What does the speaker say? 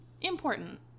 important